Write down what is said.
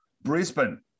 Brisbane